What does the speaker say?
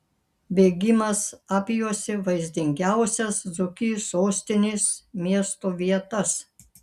bėgimas apjuosė vaizdingiausias dzūkijos sostinės miesto vietas